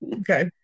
okay